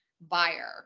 buyer